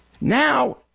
Now